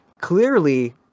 clearly